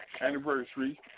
anniversary